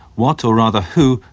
what, or rather who,